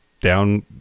down